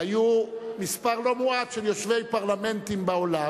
להעביר קסטה לחבר הכנסת נסים זאב על מנת שהוא ישמע